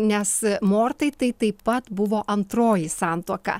nes mortai tai taip pat buvo antroji santuoka